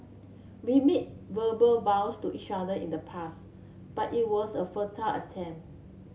we made verbal vows to each other in the past but it was a futile